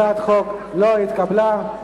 הצעת החוק לא התקבלה.